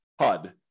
HUD